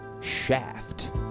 Shaft